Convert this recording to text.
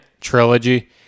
trilogy